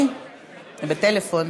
תודה רבה,